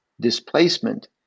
displacement